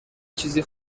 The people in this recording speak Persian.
چیزی